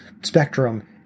spectrum